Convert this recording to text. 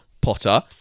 Potter